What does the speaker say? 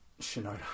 Shinoda